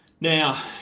Now